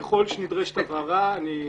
ככל שנדרשת הבהרה, אני אשאל ואענה על זה.